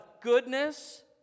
goodness